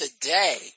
today